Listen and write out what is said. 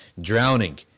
drowning